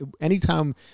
anytime